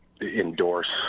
endorse